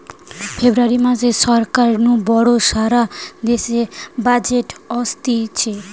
ফেব্রুয়ারী মাসে সরকার নু বড় সারা দেশের বাজেট অসতিছে